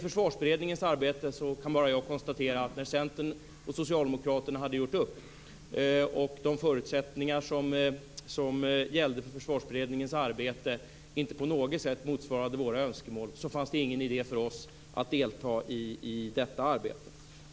Jag kan bara konstatera att när Centern och Socialdemokraterna hade gjort upp i Försvarsberedningen och när de förutsättningar som gällde för Försvarsberedningens arbete inte på något sätt motsvarade våra önskemål var det ingen idé för oss att delta i detta arbete.